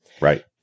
Right